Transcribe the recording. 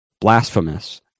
blasphemous